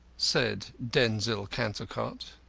said denzil cantercot.